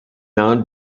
non